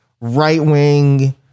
right-wing